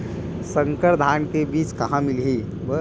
संकर धान के बीज कहां मिलही?